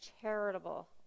charitable